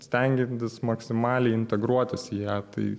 stengiantis maksimaliai integruotis į ją tai